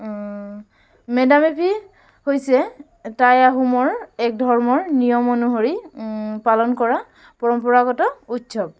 madam Me' Phi হৈছে টাই আহোমৰ এক ধৰ্মৰ নিয়ম অনুসৰি পালন কৰা পৰম্পৰাগত উৎসৱ